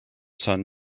son